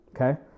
Okay